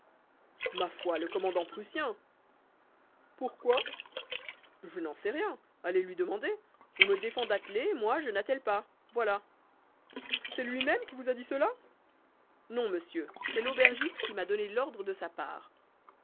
ma foi le commandant prussien pourquoi je n'en sais rien allez lui demander on me défend d'atteler moi je n'attelle pas voilà c'est lui-même qui vous a dit cela non monsieur c'est l'aubergiste qui m'a donné l'ordre de sa part